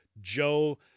Joe